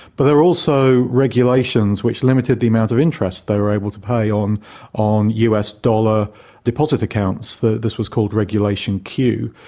but there were also regulations which limited the amount of interest they were able to pay on on us dollar deposit accounts. this was called regulation q.